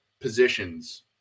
positions